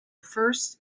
first